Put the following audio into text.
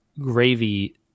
gravy